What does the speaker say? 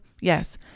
yes